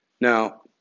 Now